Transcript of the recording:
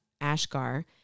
ashgar